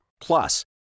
Plus